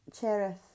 Cherith